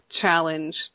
challenge